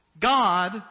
God